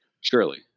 Surely